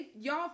y'all